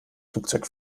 flugzeug